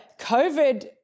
COVID